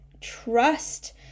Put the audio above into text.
trust